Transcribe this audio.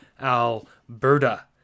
Alberta